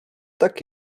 tak